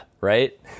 right